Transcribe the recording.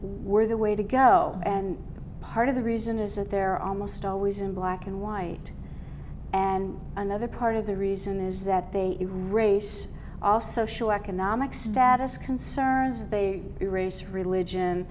were the way to go and part of the reason is that they're almost always in black and white and another part of the reason is that they race also show economic status concerns they race religion